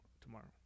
tomorrow